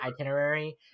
itinerary